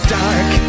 dark